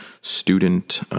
student